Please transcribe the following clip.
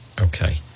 Okay